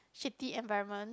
shitty environment